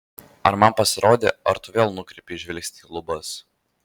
ar man pasirodė ar tu vėl nukreipei žvilgsnį į lubas